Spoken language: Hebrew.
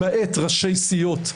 למעט ראשי סיעות,